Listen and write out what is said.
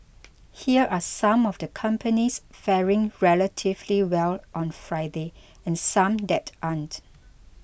here are some of the companies faring relatively well on Friday and some that aren't